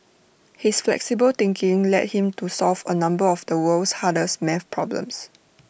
his flexible thinking led him to solve A number of the world's hardest math problems